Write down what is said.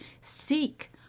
seek